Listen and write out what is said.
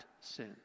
sin